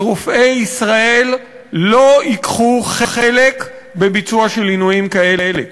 שרופאי ישראל לא ייקחו חלק בביצוע של עינויים כאלה.